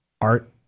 art